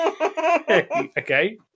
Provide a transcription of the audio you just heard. Okay